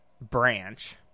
branch